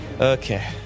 Okay